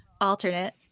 alternate